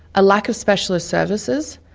a lack of specialist services,